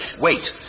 wait